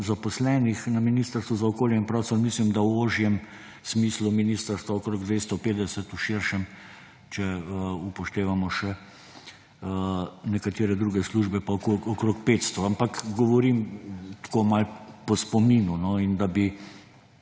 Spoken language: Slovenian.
zaposlenih na Ministrstvu za okolje in prostor. Mislim, da v ožjem smislu ministrstva okrog 250, v širšem, če upoštevamo še nekatere druge službe, pa okrog 500; ampak govorim tako malo po spominu. In da bi